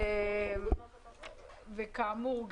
וכאמור,